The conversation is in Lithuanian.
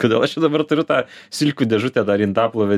kodėl aš čia dabar turiu tą silkių dėžutę dar į indaplovę